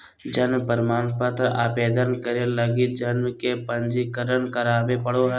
जन्म प्रमाण पत्र आवेदन करे लगी जन्म के पंजीकरण करावे पड़ो हइ